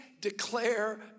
declare